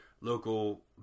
Local